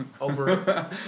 Over